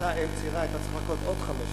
אותה אם לצעירה היתה צריכה לחכות עוד חמש שנים,